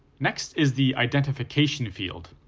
next is the identification field.